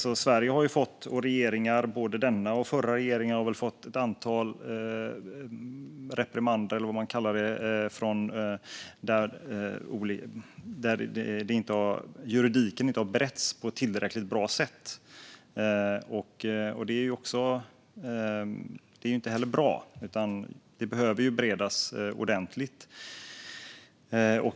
Både denna och tidigare svenska regeringar har fått ett antal reprimander eller vad man kallar det för att juridiken inte har beretts på ett tillräckligt bra sätt. Det här är inte bra, utan det behöver beredas ordentligt.